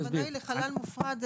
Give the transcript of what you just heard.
הכוונה לחלל מופרד.